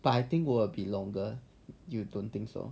but I think will be longer you don't think so